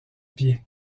pied